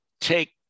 take